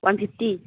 one fifty